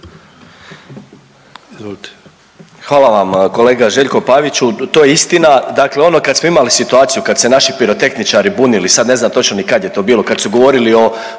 Hvala vam. Kolega Željko Paviću, to je istina, dakle ono kad smo imali situaciju kad su se naši pirotehničari bunili, sad ne znam točno ni kad je to bilo, kad su govorili o